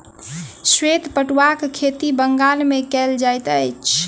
श्वेत पटुआक खेती बंगाल मे कयल जाइत अछि